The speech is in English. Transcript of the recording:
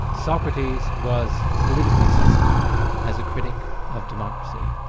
socrates was politically suspect as a critic of democracy,